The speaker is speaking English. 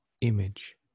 image